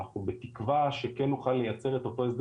אנחנו בתקווה שכן נוכל לייצר את אותו הסדר